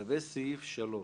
לגבי סעיף (3):